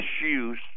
issues